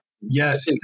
yes